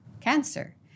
cancer